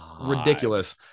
ridiculous